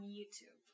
YouTube